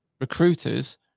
recruiters